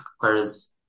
whereas